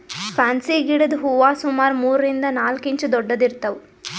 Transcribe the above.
fancy ಗಿಡದ್ ಹೂವಾ ಸುಮಾರ್ ಮೂರರಿಂದ್ ನಾಲ್ಕ್ ಇಂಚ್ ದೊಡ್ಡದ್ ಇರ್ತವ್